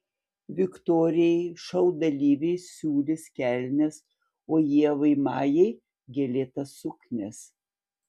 viktorijai šou dalyviai siūlys kelnes o ievai majai gėlėtas suknias